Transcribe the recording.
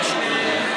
אשם.